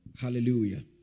Hallelujah